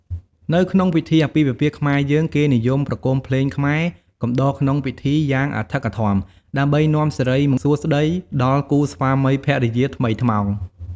នៅក្នុងពិធីអាពាពិពាហ៍ខ្មែរយើង គេនិយមប្រគំភ្លេងខ្មែរកំដរក្នុងពិធីយ៉ាងអឹកធឹក ដើម្បីនាំសិរីសួស្ដីដល់គូស្វាមីភរិយាថ្មីថ្មោង។